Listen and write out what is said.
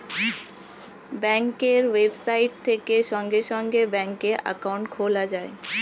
ব্যাঙ্কের ওয়েবসাইট থেকে সঙ্গে সঙ্গে ব্যাঙ্কে অ্যাকাউন্ট খোলা যায়